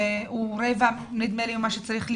נדמה לי שהוא רבע מהמספר שצריך להיות,